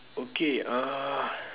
okay uh